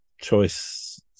choice